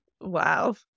Wow